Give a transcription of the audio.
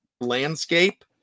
landscape